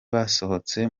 basohotse